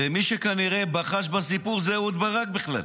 ומי שכנראה בחש בסיפור זה אהוד ברק בכלל.